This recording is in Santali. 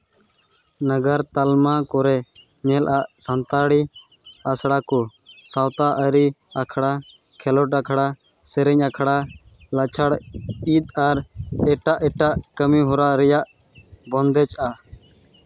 ᱱᱟᱜᱟᱨ ᱛᱟᱞᱢᱟ ᱠᱚᱨᱮᱫ ᱧᱮᱞ ᱟᱜ ᱥᱟᱱᱛᱟᱲᱤ ᱟᱠᱷᱲᱟ ᱠᱚ ᱥᱟᱶᱛᱟ ᱟᱹᱨᱤ ᱟᱠᱷᱲᱟ ᱠᱷᱮᱞᱚᱸᱰ ᱟᱠᱷᱲᱟ ᱥᱮᱨᱮᱧ ᱟᱠᱷᱲᱟ ᱞᱟᱪᱟᱲ ᱤᱫ ᱟᱨ ᱮᱴᱟᱜ ᱮᱴᱟᱜ ᱠᱟᱹᱢᱤᱦᱚᱨᱟ ᱨᱮᱭᱟᱜ ᱵᱚᱱᱫᱮᱡᱽᱼᱟ